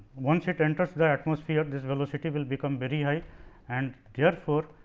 once it enters the atmosphere, this velocity will become very high and therefore